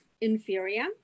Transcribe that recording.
inferior